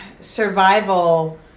survival